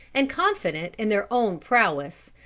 and confident in their own prowess,